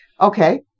Okay